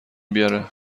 بیاره